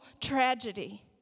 tragedy